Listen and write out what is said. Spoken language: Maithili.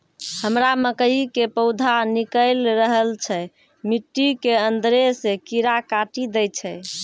हमरा मकई के पौधा निकैल रहल छै मिट्टी के अंदरे से कीड़ा काटी दै छै?